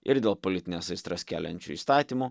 ir dėl politines aistras keliančių įstatymų